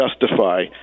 justify